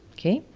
okay?